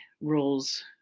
rules